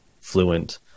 Fluent